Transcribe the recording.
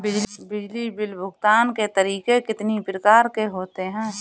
बिजली बिल भुगतान के तरीके कितनी प्रकार के होते हैं?